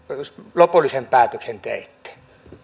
lopullisen päätöksen teitte